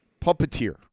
Puppeteer